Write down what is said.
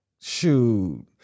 shoot